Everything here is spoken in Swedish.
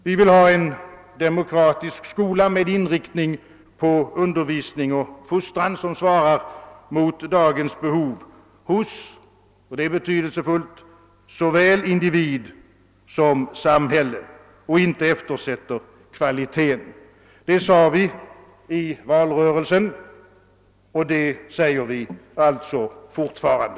Vi vill ha en demokratisk skola med inriktning på undervisning och fostran som svarar mot dagens behov hos — och det är betydelsefullt — såväl individ som samhälle och inte eftersätter kvaliteten. Det sade vi i valrörelsen och det säger vi alltså fortfarande.